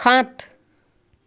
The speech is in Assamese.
সাত